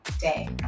day